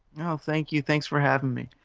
you know thank you, thanks for having me.